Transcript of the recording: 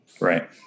right